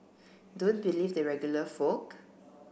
don't believe the regular folk